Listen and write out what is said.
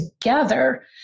together